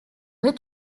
rez